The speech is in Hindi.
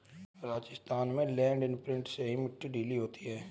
राजस्थान में लैंड इंप्रिंटर से ही मिट्टी ढीली होती है